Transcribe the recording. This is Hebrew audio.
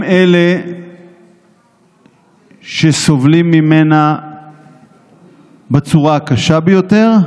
הם אלה שסובלים ממנה בצורה הקשה ביותר,